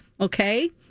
okay